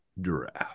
Draft